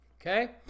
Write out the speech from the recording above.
okay